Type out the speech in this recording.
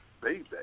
baby